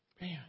Man